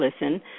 listen